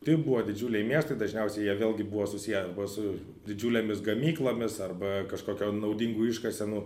tai buvo didžiuliai miestai dažniausiai jie vėlgi buvo susiję su didžiulėmis gamyklomis arba kažkokio naudingųjų iškasenų